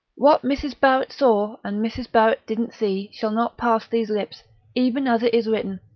what mrs. barrett saw and mrs. barrett didn't see shall not pass these lips even as it is written,